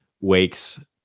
wakes